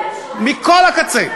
מכל קצה.